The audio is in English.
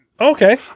Okay